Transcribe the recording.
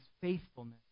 faithfulness